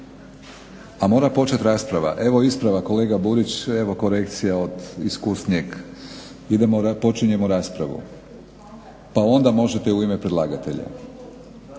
A mora početi rasprava? Evo ispravak, kolega Burić evo korekcija od iskusnijeg. Počinjemo raspravu pa onda možete u ime predlagatelja.